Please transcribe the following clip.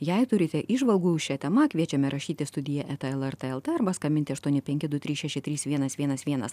jei turite įžvalgų šia tema kviečiame rašyti studija eta lrt lt arba skambinti aštuoni penki du trys šeši trys vienas vienas vienas